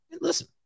listen